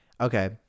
Okay